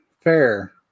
fair